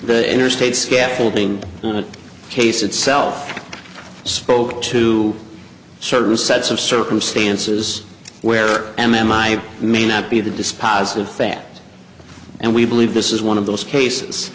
the interstate scaffolding case itself spoke to certain sets of circumstances where m m i may not be the dispositive fact and we believe this is one of those cases